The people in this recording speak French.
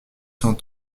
cent